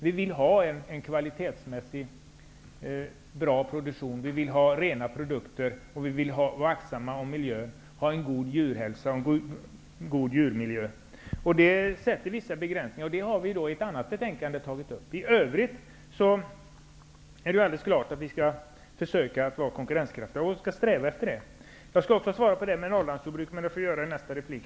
Vi vill ha en kvalitetsmässigt sett bra produktion med rena produkter. Vi vill vara aktsamma om miljön med god djurhälsa osv. Dessa frågor gör att vissa gränser måste sättas. Men detta behandlas i ett annat betänkande. I övrigt är det klart att vi i Sverige skall sträva efter att vara konkurrenskraftiga. Frågan om Norrlandsjordbruket får jag svara på i nästa replik.